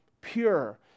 pure